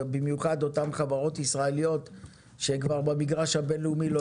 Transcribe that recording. במיוחד אותן חברות ישראליות שכבר במגרש הבין-לאומי לא